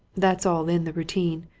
that's all in the routine.